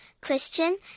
Christian